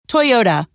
Toyota